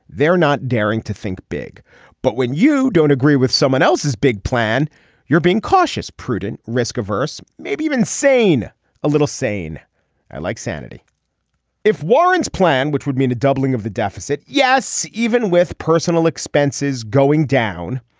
they're not daring to think big but when you don't agree with someone else's big plan you're being cautious prudent risk averse maybe even sane a little sane like sanity if warren's plan which would mean a doubling of the deficit. yes even with personal expenses going down.